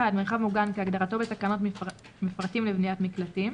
(1) מרחב מוגן כהגדרתו בתקנות מפרטים לבניית מקלטים,